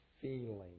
feeling